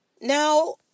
Now